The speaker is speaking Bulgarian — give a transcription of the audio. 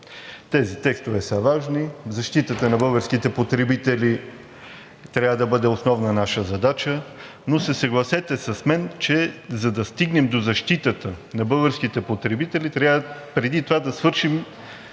Тези текстове са важни. Защитата на българските потребители трябва да бъде основна наша задача, но се съгласете с мен, че за да стигнем до защитата на българските потребители, преди това трябва да свършим